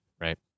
Right